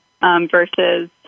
versus